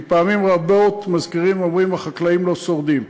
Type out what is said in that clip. כי פעמים רבות מזכירים ואומרים: החקלאים לא שורדים.